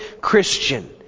Christian